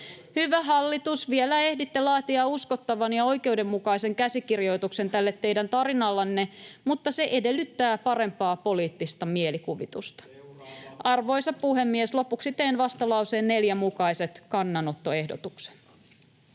Hyvä hallitus, vielä ehditte laatia uskottavan ja oikeudenmukaisen käsikirjoituksen tälle teidän tarinallenne, mutta se edellyttää parempaa poliittista mielikuvitusta. [Sebastian Tynkkynen: Seuraava!] Arvoisa puhemies! Lopuksi teen vastalauseen 4 mukaisen kannanottoehdotuksen.